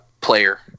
Player